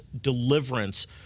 deliverance